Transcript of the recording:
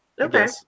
Okay